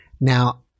Now